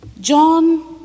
John